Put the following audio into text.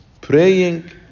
praying